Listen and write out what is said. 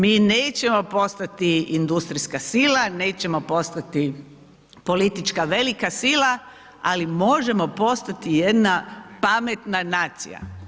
Mi nećemo postati industrijska sila, nećemo postati politička velika sila, ali možemo postati jedna pametna nacija.